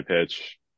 pitch